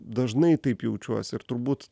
dažnai taip jaučiuosi ir turbūt